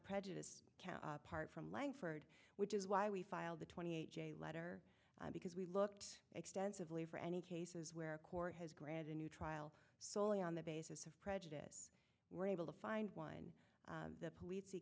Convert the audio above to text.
prejudice part from langford which is why we filed the twenty eight day letter because we looked extensively for any cases where a court has granted a new trial solely on the basis of prejudice we're able to find one the police